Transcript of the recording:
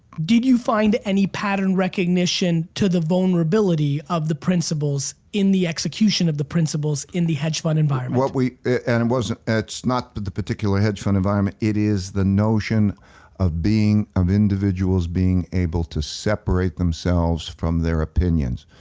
did you find any pattern recognition to the vulnerability of the principles in the execution of the principles in the hedge fund environment? but and and it's not but the particular hedge fund environment, it is the notion of being, of individuals being able to separate themselves from their opinions,